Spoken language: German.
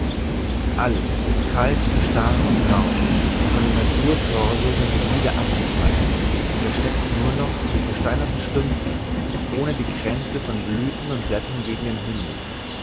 alles ist kalt und starr und rauh und von dem naturtorso sind die glieder abgefallen und er streckt nur noch seine versteinerten stümpfe ohne die kränze von blüthen und blättern gegen den himmel